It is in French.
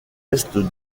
est